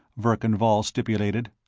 verkan vall stipulated.